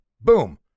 Boom